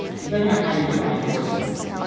depending on how you define organize.